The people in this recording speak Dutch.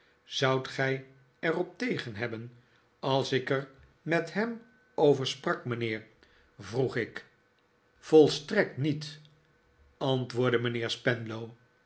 zoudt gij er op tegen hebben als ik er met hem over sprak mijnheer vroeg ik volstrekt niet antwoordde mijnheer spenlow